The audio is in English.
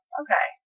okay